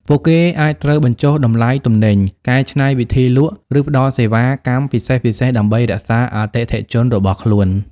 ពួកគេអាចត្រូវបញ្ចុះតម្លៃទំនិញ កែច្នៃវិធីលក់ ឬផ្តល់សេវាកម្មពិសេសៗ ដើម្បីរក្សាអតិថិជនរបស់ខ្លួន។